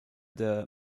der